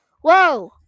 Whoa